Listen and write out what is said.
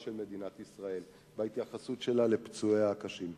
של מדינת ישראל בהתייחסות שלה לפצועיה הקשים.